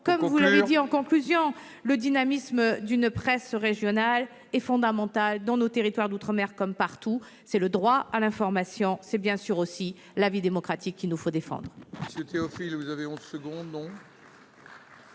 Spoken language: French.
Comme vous l'avez souligné, le dynamisme d'une presse régionale est fondamental dans nos territoires d'outre-mer comme partout. C'est le droit à l'information, et c'est bien sûr aussi la vie démocratique qu'il nous faut défendre